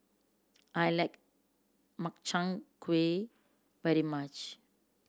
I like Makchang Gui very much